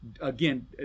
Again